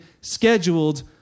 scheduled